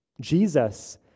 Jesus